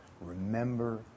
Remember